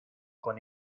con